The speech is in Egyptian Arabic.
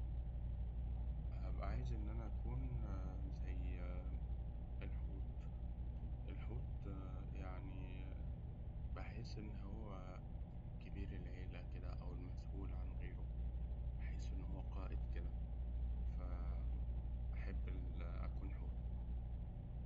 هأبقى عايز إن أنا أكون زي الحوت. الحوت يعني بحس إن هو كبير العيلة كده أو المسئول عن غيره، بحس إن هو قائد كده. فا أحب أكون حوت.